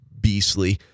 beastly